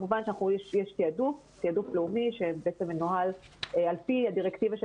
כמובן שיש תעדוף לאומי על פי הדירקטיבה של